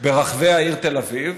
ברחבי העיר תל אביב,